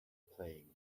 playing